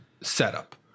setup